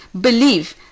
believe